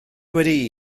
wedi